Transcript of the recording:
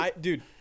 Dude